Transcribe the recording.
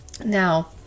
Now